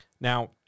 Now